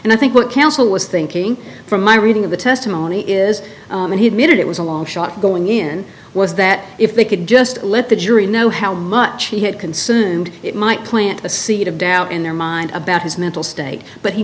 and i think what counsel was thinking from my reading of the testimony is that he admitted it was a long shot going in was that if they could just let the jury know how much he had consumed it might plant the seed of doubt in their mind about his mental state but he